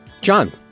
John